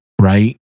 right